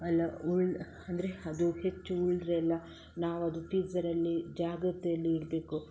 ಎಲ್ಲ ಉಳ್ ಅಂದರೆ ಅದು ಹೆಚ್ಚು ಉಳಿದರೆ ಎಲ್ಲ ನಾವು ಅದು ಫ್ರೀಜರಲ್ಲಿ ಜಾಗ್ರತೆಯಲ್ಲಿ ಇಡಬೇಕು